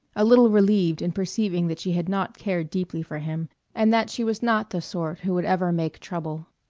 a little relieved in perceiving that she had not cared deeply for him, and that she was not the sort who would ever make trouble.